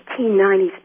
1990s